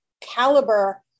caliber